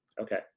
Okay